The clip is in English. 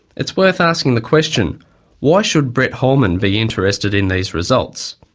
it's worth asking the question why should brett holman be interested in these results?